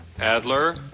Adler